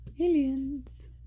aliens